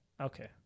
Okay